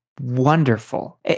wonderful